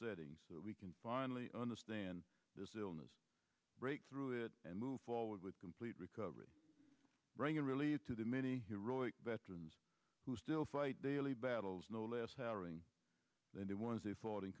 settings so we can finally understand this illness break through it and move forward with complete recovery bringing relief to the many heroic veterans who still fight daily battles no less harrowing than the ones they fought in